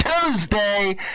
Tuesday